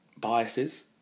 biases